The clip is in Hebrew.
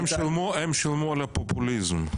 הם שילמו על הפופוליזם.